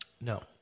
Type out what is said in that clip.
No